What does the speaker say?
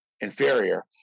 inferior